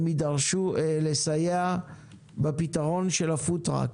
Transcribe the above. הם יידרשו לסייע בפתרון של הפוד-טראק.